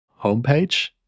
homepage